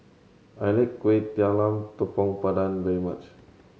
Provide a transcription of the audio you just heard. I like Kuih Talam Tepong Pandan very much